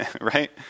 right